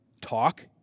talk